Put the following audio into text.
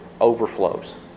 overflows